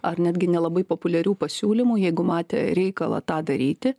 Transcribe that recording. ar netgi nelabai populiarių pasiūlymų jeigu matė reikalą tą daryti